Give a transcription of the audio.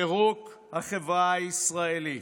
פירוק החברה הישראלית.